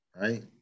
Right